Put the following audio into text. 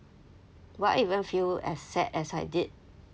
will I even feel as sad as I did